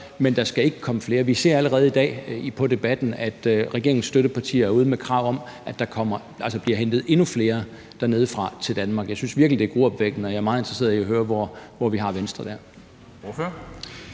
at der ikke skal komme flere. Vi ser allerede i dag i debatten, at regeringens støttepartier er ude med krav om, at der bliver hentet endnu flere dernedefra til Danmark. Jeg synes virkelig, det er gruopvækkende, og jeg er meget interesseret i at høre, hvor vi har Venstre der.